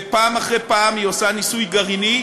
ופעם אחרי פעם היא עושה ניסוי גרעיני,